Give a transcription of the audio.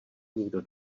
nikdo